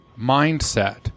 mindset